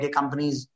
companies